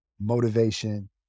motivation